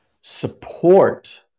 support